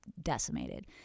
decimated